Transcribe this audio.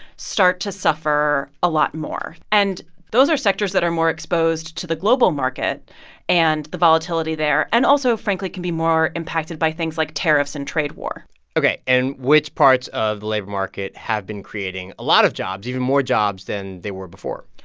start to suffer a lot more. and those are sectors that are more exposed to the global market and the volatility there and also, frankly, can be more impacted by things like tariffs and trade war ok. and which parts of the labor market have been creating a lot of jobs, even more jobs than they were before?